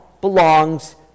belongs